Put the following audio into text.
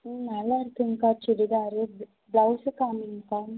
ம் நல்லா இருக்குங்கக்கா சுடிதாரு ப்ளவுஸ்ஸு காமிங்கக்கா